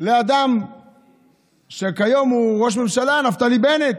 לאדם שכיום הוא ראש ממשלה, נפתלי בנט: